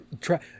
Try